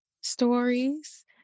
stories